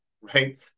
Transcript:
right